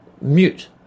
mute